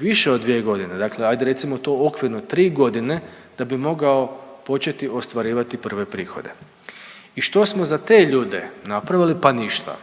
više od dvije godine, dakle hajde recimo to okvirno tri godine da bi mogao početi ostvarivati prve prihode. I što smo za te ljude napravili? Pa ništa.